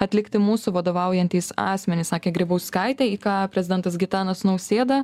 atlikti mūsų vadovaujantys asmenys sakė grybauskaitė į ką prezidentas gitanas nausėda